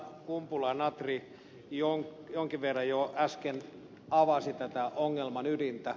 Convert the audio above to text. kumpula natri jonkin verran jo äsken avasi tätä ongelman ydintä